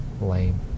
Lame